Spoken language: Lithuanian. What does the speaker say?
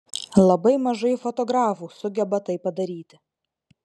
labai mažai fotografų sugeba tai padaryti